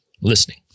listening